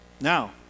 Now